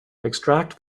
extract